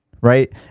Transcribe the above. right